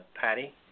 Patty